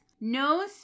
No